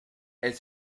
elles